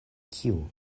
kiu